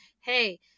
hey